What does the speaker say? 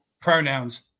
pronouns